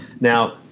Now